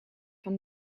van